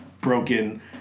broken